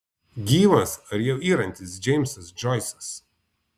gyvas ar jau yrantis džeimsas džoisas